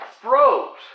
froze